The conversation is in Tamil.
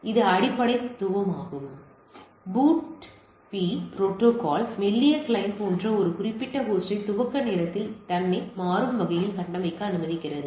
இது அடிப்படை தத்துவமாகும் அங்கு BOOTP புரோட்டோகால் மெல்லிய கிளையன்ட் போன்ற ஒரு குறிப்பிட்ட ஹோஸ்டை துவக்க நேரத்தில் தன்னை மாறும் வகையில் கட்டமைக்க அனுமதிக்கிறது